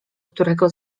którego